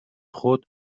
خود